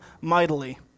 mightily